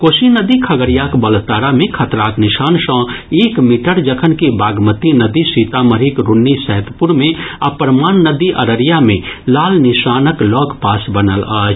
कोसी नदी खगड़ियाक बलतारा मे खतराक निशान सँ एक मीटर जखनकि बागमती नदी सीतामढ़ीक रून्नीसैदपुर मे आ परमान नदी अररिया मे लाल निशानक लऽगपास बनल अछि